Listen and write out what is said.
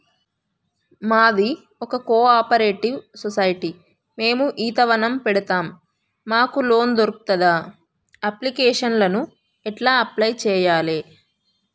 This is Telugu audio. మాది ఒక కోఆపరేటివ్ సొసైటీ మేము ఈత వనం పెడతం మాకు లోన్ దొర్కుతదా? అప్లికేషన్లను ఎట్ల అప్లయ్ చేయాలే?